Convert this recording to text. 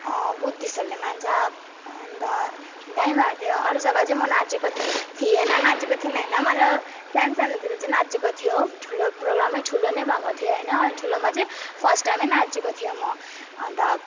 बुद्धिस्टहरूले मान्छ अनि त दामी भएको थियो अरू जग्गा चाहिँ म नाचेको थिएन नाचेको थिएन हैन मतलब सानो सानोतिर चाहिँ नाचेको थियो ठुलो प्रोग्रामै ठुलो नै भएको थियो हैन अनि ठुलोमा चाहिँ फर्स्ट टाइमै नाचेको थियो म अनि त